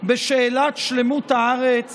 בשאלת שלמות הארץ